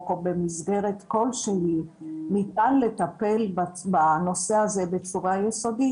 או במסגרת כלשהי ניתן לטפל בנושא הזה בצורה יסודית,